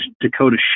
Dakota